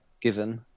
given